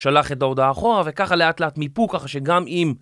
שלח את ההודעה אחורה וככה לאט לאט מיפו כך שגם אם